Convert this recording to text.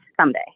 someday